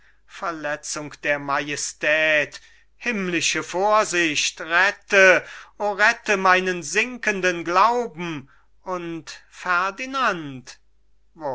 werden verletzung der majestät himmlische vorsicht rette o rette meinen sinkenden glauben und